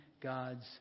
God's